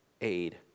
aid